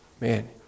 Man